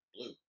Blue